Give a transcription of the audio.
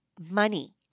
money